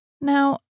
Now